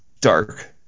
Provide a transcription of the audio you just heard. dark